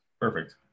Perfect